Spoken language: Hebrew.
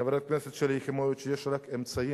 חברת הכנסת שלי יחימוביץ, יש רק אמצעים,